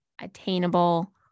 attainable